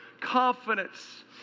confidence